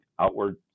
outward